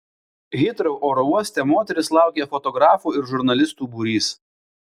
hitrou oro uoste moteris laukė fotografų ir žurnalistų būrys